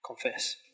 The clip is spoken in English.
confess